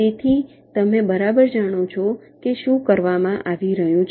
તેથી તમે બરાબર જાણો છો કે શું કરવામાં આવી રહ્યું છે